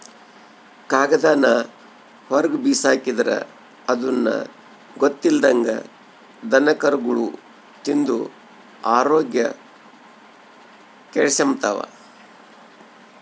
ಕಾಗದಾನ ಹೊರುಗ್ಬಿಸಾಕಿದ್ರ ಅದುನ್ನ ಗೊತ್ತಿಲ್ದಂಗ ದನಕರುಗುಳು ತಿಂದು ಆರೋಗ್ಯ ಕೆಡಿಸೆಂಬ್ತವ